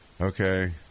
Okay